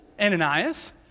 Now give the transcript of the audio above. Ananias